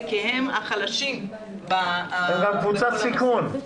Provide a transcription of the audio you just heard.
כי הם החלשים --- הם קבוצת סיכון.